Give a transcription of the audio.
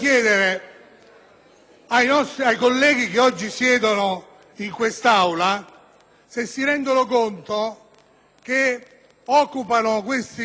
Grazie